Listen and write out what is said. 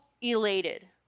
elated